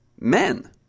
men